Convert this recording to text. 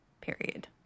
period